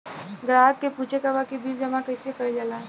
ग्राहक के पूछे के बा की बिल जमा कैसे कईल जाला?